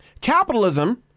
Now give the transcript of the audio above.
Capitalism